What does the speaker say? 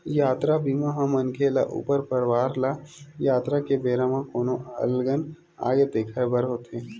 यातरा बीमा ह मनखे ल ऊखर परवार ल यातरा के बेरा म कोनो अलगन आगे तेखर बर होथे